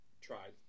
Tried